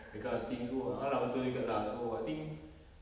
that kind of thing so a'ah lah betul juga lah so I think